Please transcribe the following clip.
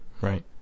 Right